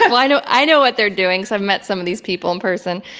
i know i know what they're doing, so, i've met some of these people in person.